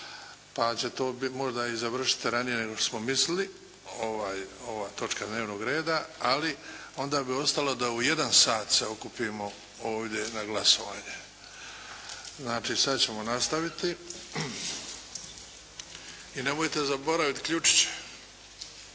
pa će to možda i završiti ranije nego što smo mislili ova točka dnevnog reda ali onda bi ostalo da u jedan sat se okupimo ovdje na glasovanje. Znači, sad ćemo nastaviti. I nemojte zaboraviti ključiće.